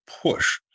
push